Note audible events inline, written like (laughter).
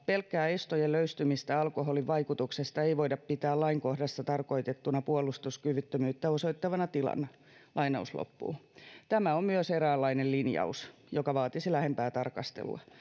pelkkää estojen löystymistä alkoholin vaikutuksesta ei voida pitää lain kohdassa tarkoitettuna puolustuskyvyttömyyttä osoittavana tilana (unintelligible) (unintelligible) (unintelligible) (unintelligible) (unintelligible) (unintelligible) (unintelligible) (unintelligible) (unintelligible) (unintelligible) (unintelligible) (unintelligible) (unintelligible) (unintelligible) tämä on myös eräänlainen linjaus (unintelligible) joka vaatisi lähempää tarkastelua